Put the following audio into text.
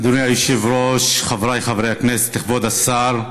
אדוני היושב-ראש, חבריי חברי הכנסת, כבוד השר,